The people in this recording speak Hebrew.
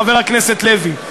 חבר הכנסת לוי,